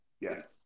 Yes